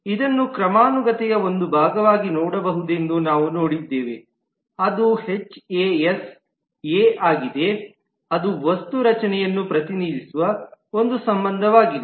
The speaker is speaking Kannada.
ಇದನ್ನು ಕ್ರಮಾನುಗತತೆಯ ಒಂದು ಭಾಗವಾಗಿ ನೋಡಬಹುದೆಂದು ನಾವು ನೋಡಿದ್ದೇವೆಅದು ಎಚ್ ಎ ಎಸ್ ಎ ಆಗಿದೆ ಅದು ವಸ್ತು ರಚನೆಯನ್ನು ಪ್ರತಿನಿಧಿಸುವ ಒಂದು ಸಂಬಂಧವಾಗಿದೆ